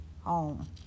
home